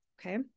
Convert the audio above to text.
Okay